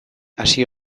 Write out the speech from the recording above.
hasi